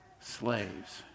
slaves